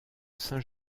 saint